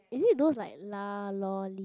is it those like lah lor leh